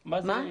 מה זה יעיל?